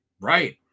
Right